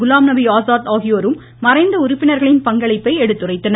குலாம்நபி ஆஸாத் ஆகியோரும் மறைந்த உறுப்பினர்களின் பங்களிப்பை எடுத்துரைத்தனர்